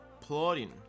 plotting